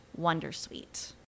wondersuite